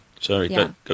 sorry